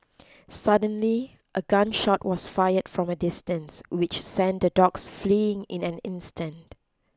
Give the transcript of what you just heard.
suddenly a gun shot was fired from a distance which sent the dogs fleeing in an instant